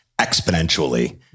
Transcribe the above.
exponentially